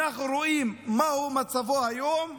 ואנחנו רואים מה מצבו היום.